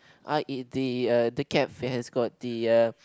I eat the uh the cafe has got the uh